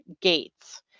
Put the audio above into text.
gates